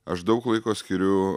aš daug laiko skiriu